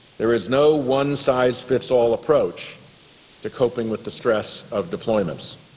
there is no one-size-fits-all approach to coping with the stress of deployments.